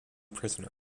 prisoner